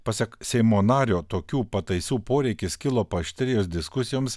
pasak seimo nario tokių pataisų poreikis kilo paaštrėjus diskusijoms